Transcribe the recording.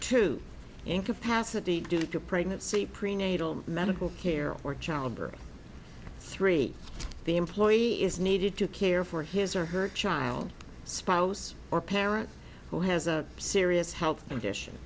to incapacity due to pregnancy prenatal medical care or childbirth three the employee is needed to care for his or her child spouse or parent who has a serious he